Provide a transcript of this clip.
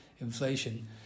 inflation